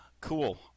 Cool